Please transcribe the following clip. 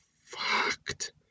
fucked